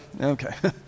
okay